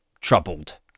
troubled